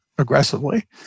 aggressively